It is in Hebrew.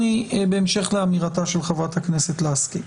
בהמשך לאמירתה של חברת הכנסת לסקי,